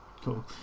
Cool